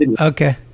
Okay